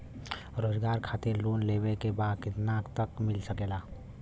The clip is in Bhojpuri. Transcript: रोजगार खातिर लोन लेवेके बा कितना तक मिल सकेला?